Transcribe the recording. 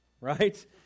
right